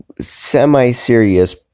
semi-serious